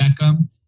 Beckham